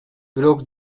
бирок